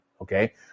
Okay